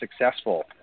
successful